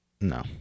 No